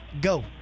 Go